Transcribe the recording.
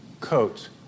coats